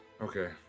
okay